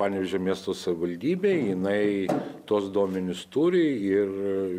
panevėžio miesto savivaldybei jinai tuos duomenis turi ir